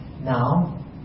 Now